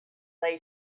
lay